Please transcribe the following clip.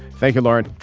thank you, lauren.